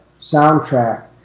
soundtrack